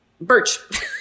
birch